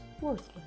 worthless